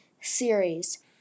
series